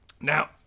Now